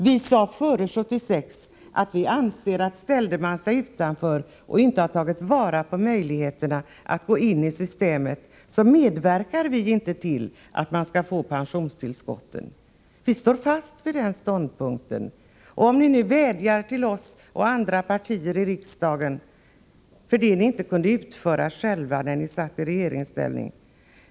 Vi sade före 1976 att för dem som ställde sig utanför systemet och inte tog vara på möjligheterna att gå in i det skulle vi inte medverka till att de skulle få pensionstillskott. Vi står fast vid den ståndpunkten. Nu vädjar ni till oss och andra partier i riksdagen för det ni inte kunde utföra själva när ni satt i regeringsställning.